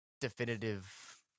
definitive